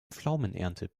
pflaumenernte